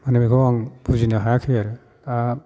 जेन'बा आं बुजिनो हायाखै आरो